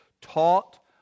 taught